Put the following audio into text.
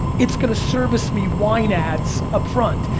it's gonna service me wine ads up front.